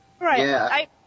Right